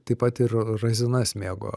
taip pat ir razinas mėgo